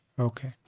Okay